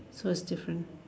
so is different